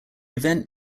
event